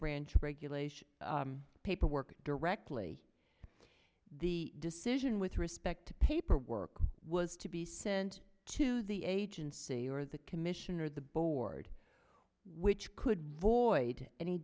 branch regulation paperwork directly the decision with respect to paperwork was to be sent to the agency or the commission or the board which could void any